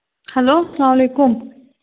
hello سلام علیکُم